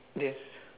yes